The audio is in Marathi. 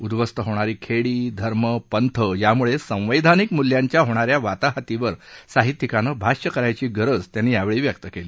उदधवस्त होणारी खेडी धर्म पंथ यामुळे संवैधानिक मूल्यांच्या होणा या वाताहातीवर साहित्यिकानं भाष्य करण्याची गरज त्यांनी व्यक्त केली